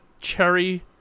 cherry